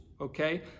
okay